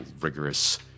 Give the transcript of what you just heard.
rigorous